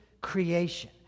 creation